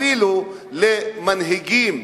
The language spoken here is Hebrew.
אפילו של מנהיגים,